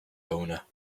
owner